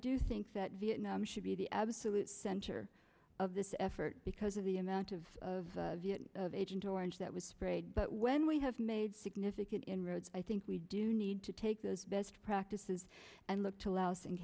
do think that vietnam should be the absolute center of this effort because of the amount of of agent orange that was sprayed but when we have made significant inroads i think we do you need to take those best practices and look to laos and